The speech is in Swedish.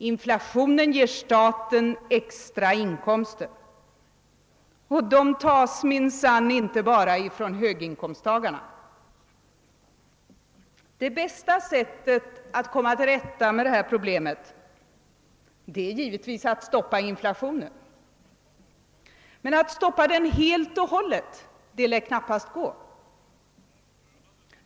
Inflationen ger staten extra inkomster, och de tas minsann inte bara från höginkomsttagarna. Det bästa sättet att komma till rätta med detta problem är givetvis att stoppa inflationen. Men att stoppa Iden helt och hållet lär knappast gå.